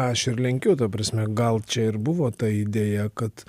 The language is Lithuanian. aš ir lenkiu ta prasme gal čia ir buvo ta idėja kad